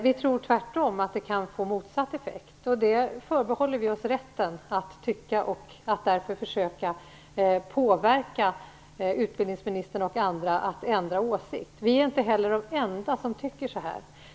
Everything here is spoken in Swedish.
Vi tror tvärtom att det kan få motsatt effekt, och vi förbehåller oss rätten att tycka det och att försöka påverka utbildningsministern och andra att ändra åsikt. Vi är inte heller de enda som tycker så här.